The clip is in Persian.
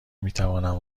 میتوانم